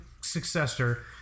successor